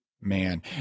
Man